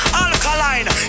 alkaline